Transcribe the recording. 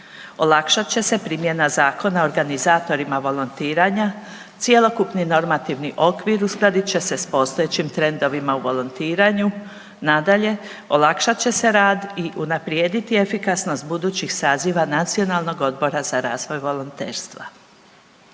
olakšat će se primjena zakona organizatorima volontiranja, cjelokupni normativni okvir uskladit će se s postojećim trendovima u volontiranju, nadalje, olakšat će se rad i unaprijediti efikasnost budućih saziva Nacionalnog odbora za razvoj volonterstva.